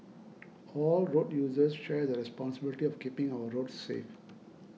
all road users share the responsibility of keeping our roads safe